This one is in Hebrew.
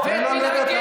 תן לו לדבר.